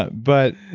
ah but,